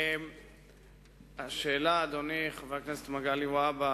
1 2. אדוני חבר הכנסת מגלי והבה,